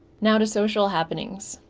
now to social happenings.